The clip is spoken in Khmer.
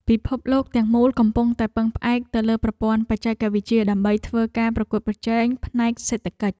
ពិភពលោកទាំងមូលកំពុងតែពឹងផ្អែកទៅលើប្រព័ន្ធបច្ចេកវិទ្យា ដើម្បីធ្វើការប្រកួតប្រជែងផ្នែកសេដ្ឋកិច្ច។